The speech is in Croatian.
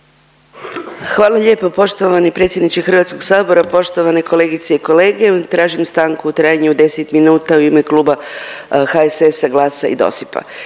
Hvala lijepo poštovani predsjedniče HS. Poštovane kolegice i kolege, tražim stanku u trajanju od 10 minuta u ime Kluba HSS-a, GLAS-a i DOSIP-a.